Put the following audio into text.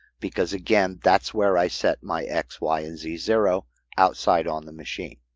because, again, that's where i set my x, y, and z zeros outside on the machine.